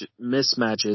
mismatches